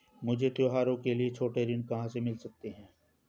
मुझे त्योहारों के लिए छोटे ऋृण कहां से मिल सकते हैं?